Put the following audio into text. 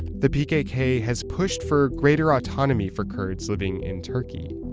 the pkk has pushed for greater autonomy for kurds living in turkey.